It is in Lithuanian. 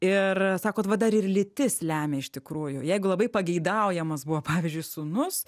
ir sakot va dar ir lytis lemia iš tikrųjų jeigu labai pageidaujamas buvo pavyzdžiui sūnus